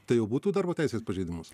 tai jau būtų darbo teisės pažeidimas